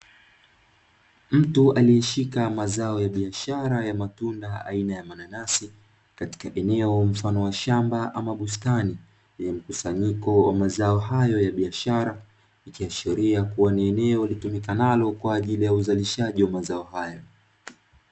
Mtu aliyeshika mazao ya biashara ya matunda aina ya mananasi, katika eneo mfano wa shamba ama bustani lenye mkusanyiko, wa mazao hayo ya biashara ikiashiria kuwa ni eneo litumikanalo kwa ajili ya uzalishaji wa mazao hayo.